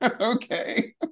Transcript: Okay